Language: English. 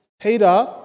Peter